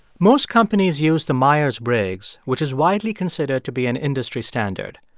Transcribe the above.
most companies use the myers-briggs, which is widely considered to be an industry standard.